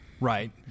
Right